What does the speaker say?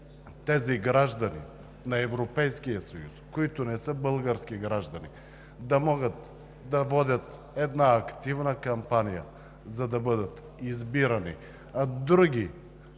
тези граждани на Европейския съюз, които не са български граждани, да могат да водят една активна кампания, за да бъдат избирани, а други